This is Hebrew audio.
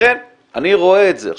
עכשיו,